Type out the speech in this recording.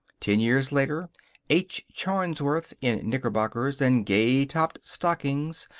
ten years later h. charnsworth, in knickerbockers and gay-topped stockings,